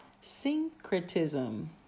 Syncretism